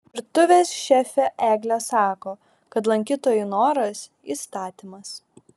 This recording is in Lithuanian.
virtuvės šefė eglė sako kad lankytojų noras įstatymas